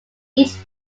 each